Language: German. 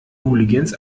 hooligans